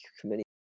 committee